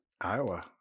Iowa